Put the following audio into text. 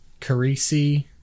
Carisi